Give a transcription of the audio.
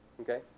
Okay